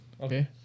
Okay